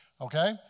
Okay